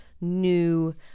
new